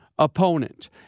Opponent